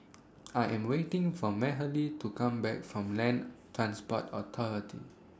I Am waiting For Mahalie to Come Back from Land Transport Authority